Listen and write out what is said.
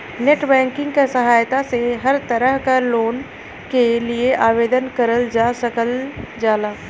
net banking क सहायता से हर तरह क लोन के लिए आवेदन करल जा सकल जाला